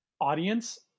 audience